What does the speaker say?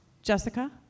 Jessica